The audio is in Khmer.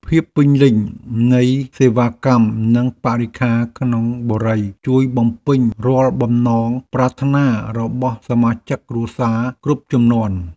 ភាពពេញលេញនៃសេវាកម្មនិងបរិក្ខារក្នុងបុរីជួយបំពេញរាល់បំណងប្រាថ្នារបស់សមាជិកគ្រួសារគ្រប់ជំនាន់។